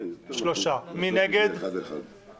בעד 3 נגד 11 לא